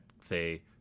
say